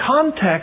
context